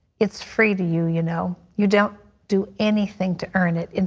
it is free to you, you know? you don't do anything to earn it. and